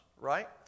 right